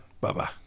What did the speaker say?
Bye-bye